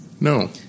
No